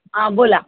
हां बोला